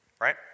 Right